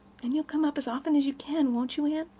and you'll come up as often as you can, won't you, anne?